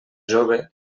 jove